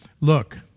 look